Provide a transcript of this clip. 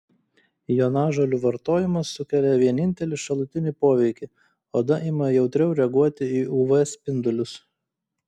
jonažolių vartojimas sukelia vienintelį šalutinį poveikį oda ima jautriau reaguoti į uv spindulius